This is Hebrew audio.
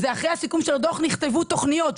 אחרי סיכומי הדו"חות נכתבו תוכניות.